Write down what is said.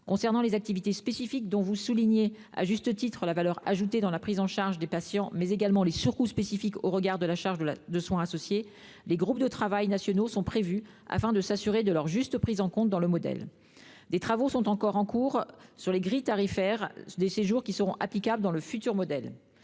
Concernant les activités spécifiques dont vous soulignez, à juste titre, la valeur ajoutée dans la prise en charge des patients, mais également les surcoûts spécifiques au regard de la charge en soins associée, des groupes de travail nationaux sont prévus afin de s'assurer de leur juste prise en compte dans le modèle. Des travaux sont encore en cours sur les grilles tarifaires des séjours, qui seront applicables dans le futur modèle.